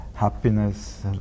happiness